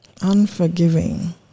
unforgiving